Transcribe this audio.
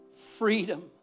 freedom